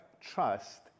trust